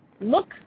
look